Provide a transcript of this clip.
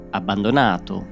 abbandonato